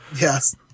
Yes